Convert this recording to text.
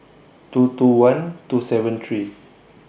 two two one two seven three